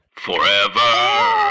Forever